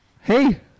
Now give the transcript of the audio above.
Hey